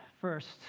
first